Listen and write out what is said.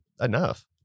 enough